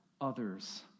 others